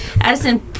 Addison